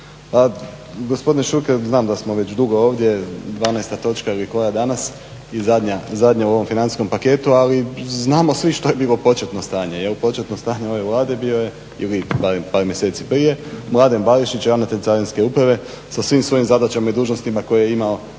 Pa gospodine Šuker znam da smo već dugo ovdje, 12. točka ili koja danas i zadnja u ovom financijskom paketu, ali znamo svi što je bilo početno stanje, jel? Početno stanje ove Vlade bio je ili barem par mjeseci prije Mladen Barišić ravnatelj carinske uprave sa svim svojim zadaćama i dužnostima koje je imao